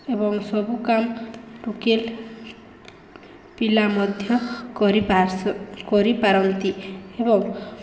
ଏବଂ ସବୁ କାମ୍ ଟୋକେଲ୍ ପିଲା ମଧ୍ୟ କରିପାର୍ସ କରିପାରନ୍ତି ଏବଂ